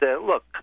look